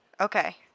Okay